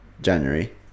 January